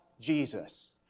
Jesus